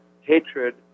hatred